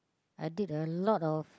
I did a lot of